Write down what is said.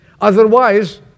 Otherwise